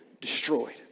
destroyed